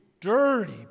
dirty